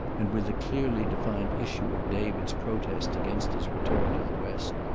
and with the clearly defined issue of david's protest against his return to the west,